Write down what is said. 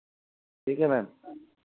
ठीक है मैम